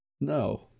No